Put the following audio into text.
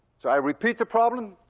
so i repeat the problem.